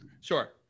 Sure